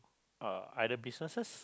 uh either businesses